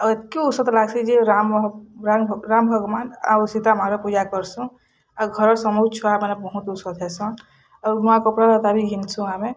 ଆଉ ଏତ୍କି ଓସତ୍ ଲାଗ୍ସି ଯେ ରାମ ରାମ ଭଗବାନ୍ ଆଉ ସୀତା ମା ର ପୂଜା କର୍ସୁଁ ଆଉ ଘରର ସମୁ ଛୁଆମାନେ ବହୁତ୍ ଉସତ୍ ହେସନ୍ ଆଉ ନୁଆଁ କପଡ଼ାଟା ବି ଘିନ୍ଛୁ ଆମେ